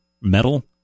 metal